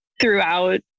throughout